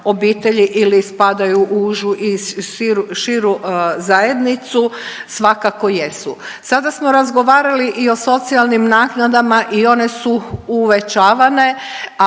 obitelji ili spadaju u užu i širu zajednicu? Svakako jesu. Sada smo razgovarali i o socijalnim naknadama i one su uvećavane,